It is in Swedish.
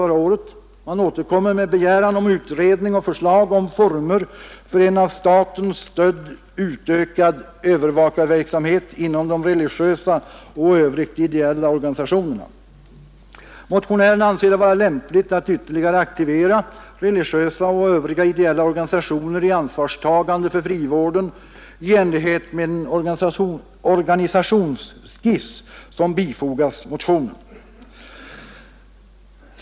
Motionärerna återkommer nu med begäran om utredning och förslag om former för en av staten stödd utökad övervakarverksamhet inom de religiösa och i övrigt ideella organisationerna. Motionärerna anser det vara lämpligt att ytterligare aktivera religiösa och övriga ideella organisationer i ansvarstagande för frivården i enlighet med en organisationsskiss som bifogas motionen.